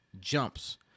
jumps